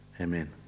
Amen